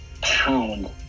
pound